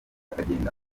akagenda